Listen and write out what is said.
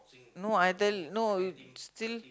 no I tell no you still